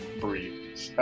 breathe